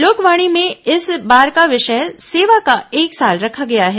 लोकवाणी में इस बार का विषय सेवा का एक साल रखा गया है